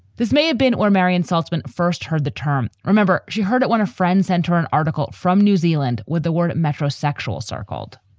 this may have been or marian salzman first heard the term, remember? she heard it when a friends center, an article from new zealand with the word metrosexual circled.